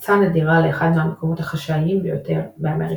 "הצצה נדירה לאחד המקומות החשאיים ביותר באמריקה",